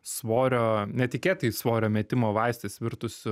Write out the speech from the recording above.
svorio netikėtai svorio metimo vaistais virtusių